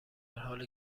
حالی